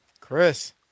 Chris